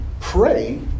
Pray